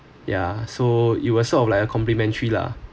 ya so it was sort of like a complimentary lah